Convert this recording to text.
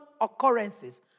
occurrences